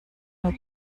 nur